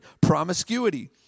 promiscuity